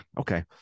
okay